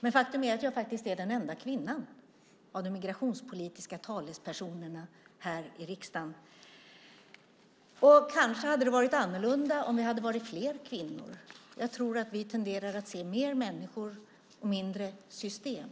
men faktum är jag faktiskt är den enda kvinnan av de migrationspolitiska talespersonerna här i riksdagen. Kanske hade det varit annorlunda om vi hade varit fler kvinnor. Jag tror att vi tenderar att se mer på människor och mindre på system.